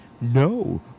No